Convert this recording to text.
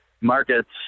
markets